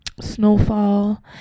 snowfall